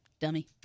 dummy